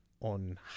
on